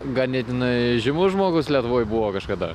ganėtinai žymus žmogus lietuvoj buvo kažkada